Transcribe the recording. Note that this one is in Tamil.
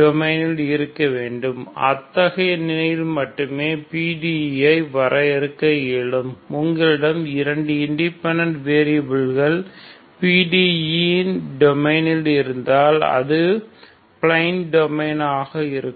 அந்த டொமைன்னில் இருக்க வேண்டும் அத்தகைய நிலையில் மட்டுமே PDE ஐ வரையறுக்க இயலும் உங்களிடம் இரண்டு இண்டிபெண்டன்ட் வேரியபில்கள் PDE இன் டொமைனுக்கு இருந்தால் அது பிளைன் டொமைன் ஆக இருக்கும்